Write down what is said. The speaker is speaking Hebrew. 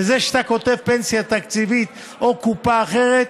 וזה שאתה כותב פנסיה תקציבית או קופה אחרת,